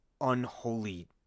unholy